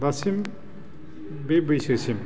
दासिम बे बैसोसिम